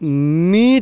ᱢᱤᱫ